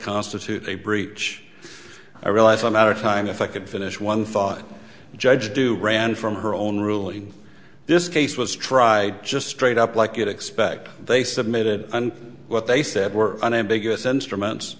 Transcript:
constitute a breach i realize i'm out of time if i could finish one thought judge do ran from her own ruling this case was tried just straight up like it expect they submitted and what they said were unambiguous instruments